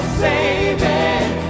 saving